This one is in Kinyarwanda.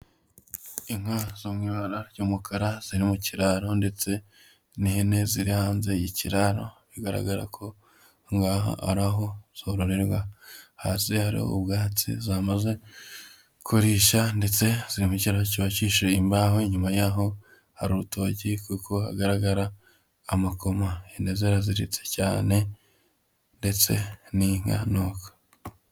Inka zo mu ibara ry'umukara ziri mu kiraro ndetse n'ihene ziri hanze y'ikiraro bigaragara ko aho ngaho hororerwa hasi hari ubwatsi zamaze kurisha ndetse ziri mu kiraro cyubakishije imbaho nyuma yaho hari urutoki kuko hagaragara amakoma. Ihene ziraziritse cyane ndetse n'inka ni uko.